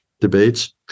debates